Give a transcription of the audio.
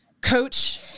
coach